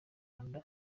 rwanda